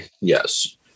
yes